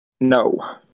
no